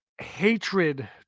hatred